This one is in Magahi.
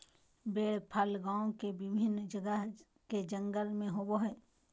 बेर फल गांव के विभिन्न जगह के जंगल में होबो हइ